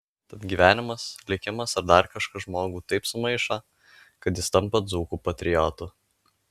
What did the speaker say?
tad gyvenimas likimas ar dar kažkas žmogų taip sumaišo kad jis tampa dzūkų patriotu